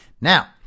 Now